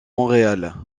montréal